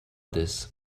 this